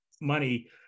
money